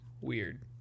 Weird